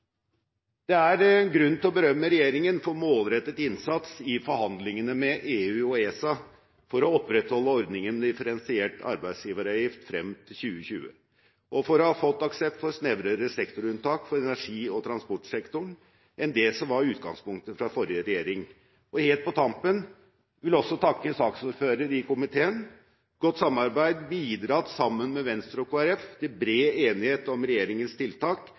Det er grunn til å berømme regjeringen for målrettet innsats i forhandlingene med EU og ESA for å opprettholde ordningen med differensiert arbeidsgiveravgift frem til 2020, og for å ha fått aksept for snevrere sektorunntak for energi- og transportsektoren enn det som var utgangspunktet fra forrige regjering. Helt på tampen vil jeg også takke saksordføreren i komiteen for godt samarbeid og bidrag, sammen Venstre og Kristelig Folkeparti, til bred enighet om regjeringens tiltak